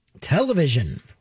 Television